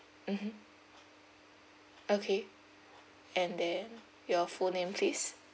mmhmm okay and then your full name please